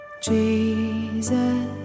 Jesus